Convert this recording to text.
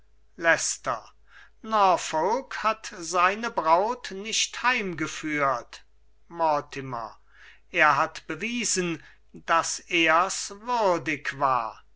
norfolk hat seine braut nicht heimgeführt mortimer er hat bewiesen daß er's würdig war